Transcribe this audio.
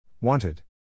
Wanted